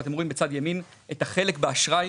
ואתם רואים בצד ימין את החלק באשראי,